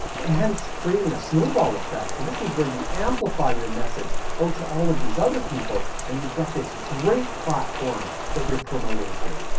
hence creating a snowball effect, and this is where you amplify your message out to all of these other people, and you've got this great platform that you're promoting to.